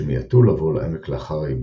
שמיעטו לבוא לעמק לאחר הייבוש,